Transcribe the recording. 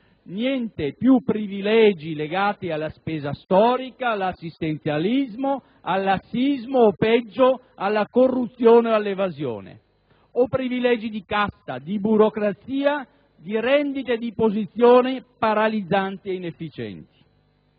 niente più privilegi legati alla spesa storica, all'assistenzialismo, al lassismo o, peggio, alla corruzione o all'evasione; o privilegi di casta, di burocrazia, di rendite di posizione paralizzanti ed inefficienti.